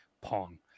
pong